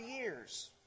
years